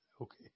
okay